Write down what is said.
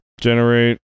Generate